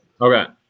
Okay